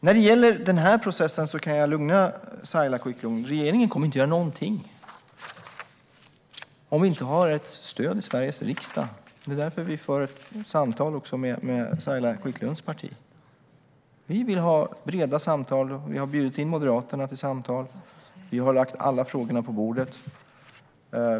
När det gäller den här processen kan jag lugna Saila Quicklund. Regeringen kommer inte att göra någonting om vi inte har stöd i Sveriges riksdag. Det är därför vi för samtal också med Saila Quicklunds parti. Vi vill ha breda samtal. Vi har bjudit in Moderaterna till samtal. Vi har lagt alla frågorna på bordet.